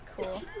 Cool